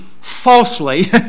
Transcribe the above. falsely